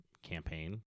campaign